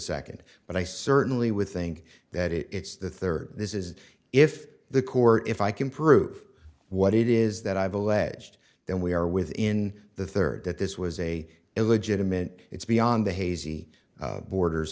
second but i certainly would think that it's that there this is if the court if i can prove what it is that i've alleged then we are within the third that this was a illegitimate it's beyond the hazy borders